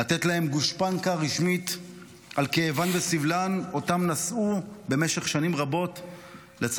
לתת להן גושפנקה רשמית על כאבן וסבלן שנשאו במשך שנים רבות לבדם,